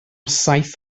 saith